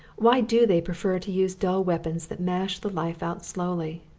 why do they prefer to use dull weapons that mash the life out slowly?